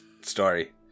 story